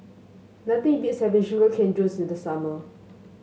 nothing beats having Sugar Cane Juice in the summer